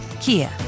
Kia